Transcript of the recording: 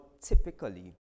typically